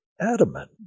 adamant